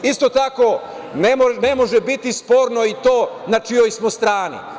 Isto tako ne može biti sporno i to na čijoj smo strani.